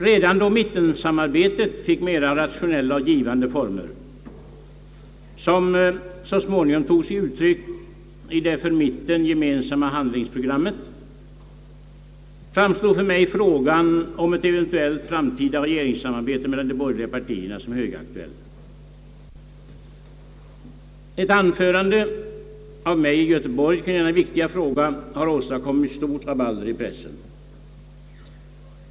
Redan då mittensamarbetet fick mera rationella och givande former, som så småningom tog sig uttryck i det för mitten gemensamma =: handlingsprogrammet, framstod för mig frågan om ett eventuellt framtida regeringssamarbete mellan de borgerliga partierna som högaktuell. Ett anförande av mig i Göteborg i denna viktiga fråga har åstadkommit stort rabalder i pressen.